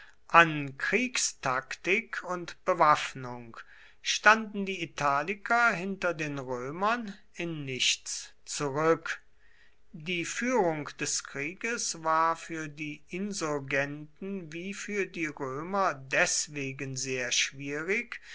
an kriegstaktik und bewaffnung standen die italiker hinter den römern in nichts zurück die führung des krieges war für die insurgenten wie für die römer deswegen sehr schwierig